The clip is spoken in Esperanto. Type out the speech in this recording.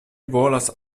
volas